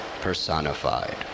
personified